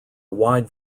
wide